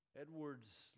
Edwards